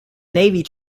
navy